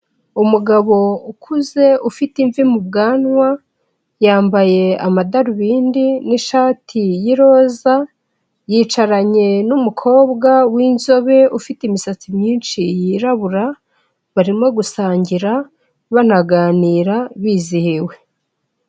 Umugabo ukuze ufite imvi mu bwanwa, yambaye amadarubindi n'ishati y'iroza, yicaranye n'umukobwa w'inzobe ufite imisatsi myinshi y'irabura barimo gusangira banaganira bizihiwe.